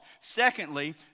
Secondly